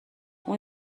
اون